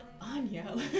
Anya